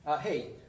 hey